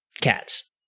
Cats